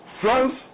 France